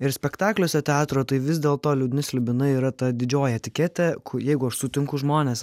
ir spektakliuose teatro tai vis dėlto liūdni slibinai yra ta didžioji etiketė jeigu aš sutinku žmones